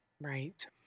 Right